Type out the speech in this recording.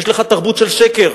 יש לך תרבות של שקר.